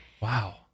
Wow